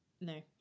no